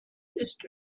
ist